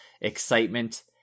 excitement